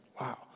Wow